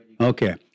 Okay